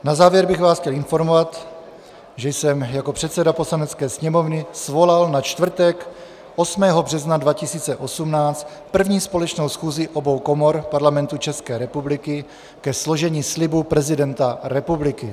Na závěr bych vás chtěl informovat, že jsem jako předseda Poslanecké sněmovny svolal na čtvrtek 8. března 2018 první společnou schůzi obou komor Parlamentu České republiky ke složení slibu prezidenta republiky.